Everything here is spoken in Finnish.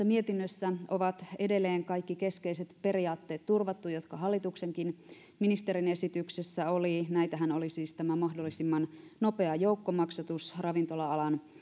mietinnössä on edelleen kaikki keskeiset periaatteet turvattu jotka hallituksenkin ministerin esityksessä oli näitähän olivat siis tämä mahdollisimman nopea joukkomaksatus ja ravintola alan